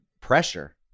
pressure